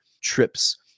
trips